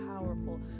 powerful